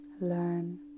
Learn